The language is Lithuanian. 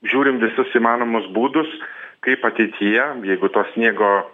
žiūrim visus įmanomus būdus kaip ateityje jeigu to sniego